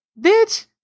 bitch